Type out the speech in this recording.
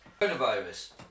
Coronavirus